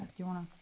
you wanna. i'm